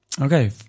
Okay